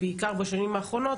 בעיקר בשנים האחרונות,